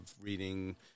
reading